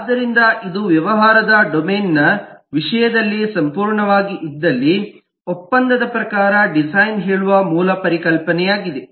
ಆದ್ದರಿಂದ ಇದು ವ್ಯವಹಾರದ ಡೊಮೇನ್ ನ ವಿಷಯದಲ್ಲಿ ಸಂಪೂರ್ಣವಾಗಿ ಇದ್ದಲ್ಲಿ ಒಪ್ಪಂದದ ಪ್ರಕಾರ ಡಿಸೈನ್ ಹೇಳುವ ಮೂಲ ಪರಿಕಲ್ಪನೆಯಾಗಿದೆ